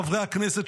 חברי הכנסת,